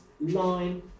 line